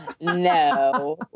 no